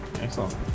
Excellent